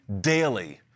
daily